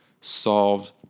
solved